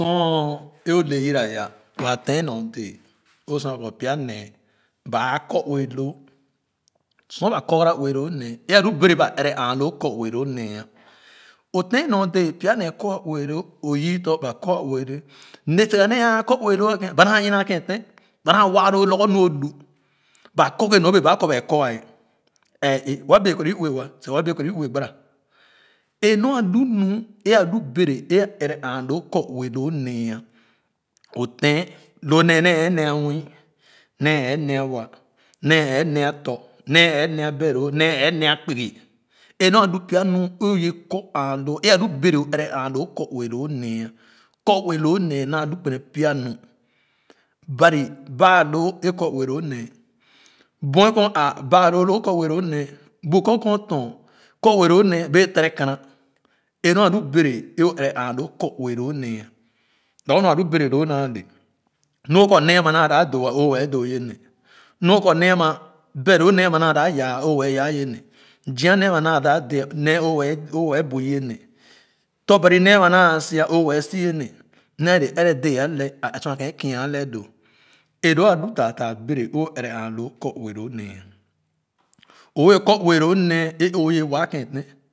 Sɔn e o le yira ya waa ten nu dee o sua kɔ pya nee ba aa kɔ ue loo su ba korgara ue loo nee é alu bɛrɛ ba ɛrɛ aa loo kɔ ue loo nee o tem nor dee pya nee kɔr ue loo o yii tɔ̃ ba kɔr ue loo ne siga nee a kɔ ue lo ken ba naa ina ken ten ba naa waa loo lorgor nu a lu ba kɔ ghe norbee ba kɔ bee ɛɛ é wa bee koro ue wa seh wa bee koro i-ue gbama é nor a lu nu é alu bɛrɛ ẽ a ɛrɛ aaloo kɔ ue loo nee o tem loo nee ne a nea mü ne é nee wa nee é nee kpugi e nor a lu pya nu o yɛ kɔ aa loo é alu bɛrɛ o ɛrɛ aaloo kɔ ue loo nee kɔ ue loo nee naa lu gbene pie nu bari baa nor e kɔ ue loo nee buɛ ken o aa baa loo kɔ ue loo nee bu goh ken o tɔn kɔ ue loo nee bee tere kana é nor alu bɛrɛ é o ɛrɛ aa loo kɔ ue loo nee lorgor nu a lu bɛrɛ loo naa le nu o kɔ nee ama naa dap doo o wɛɛ doo ye ne nu o kɔ lu a ma bero mee ama naa da yaa o wɛɛ yaa yene zia nee ama naa da de nee owɛɛ bui ye ne tɔ̃ bari ne ama naa si o wɛɛ si ye ne ale ɛrɛ dee alɛɛ sa sua keh é kia alɛɛ doo élua lu taataa bɛrɛ e oɛrɛ aaloo kɔ ue loo nee owɛɛ kɔ ue loo nee è owɛɛ wae ken ten.